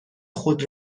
خود